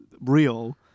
real